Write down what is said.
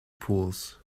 pools